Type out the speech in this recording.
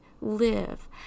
live